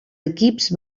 equips